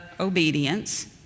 obedience